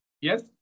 Yes